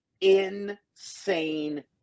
insane